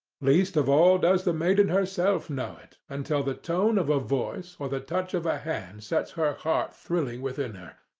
least of all does the maiden herself know it until the tone of a voice or the touch of a hand sets her heart thrilling within her,